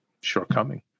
shortcoming